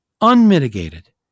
unmitigated